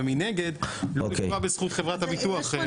ומנגד לא נפגע בזכות חברת הביטוח.